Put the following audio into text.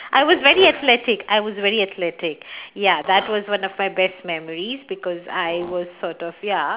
I was very athletic I was very athletic ya that was one of my best memories because I was sort of ya